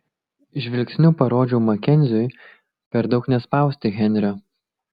žvilgsniu parodžiau makenziui per daug nespausti henrio